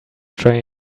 train